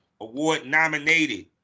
award-nominated